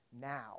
now